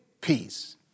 peace